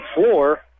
floor